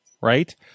right